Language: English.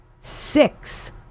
Six